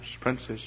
princess